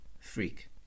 Freak